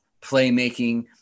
playmaking –